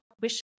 wish